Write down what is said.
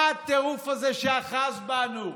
מה הטירוף הזה שאחז בנו?